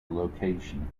location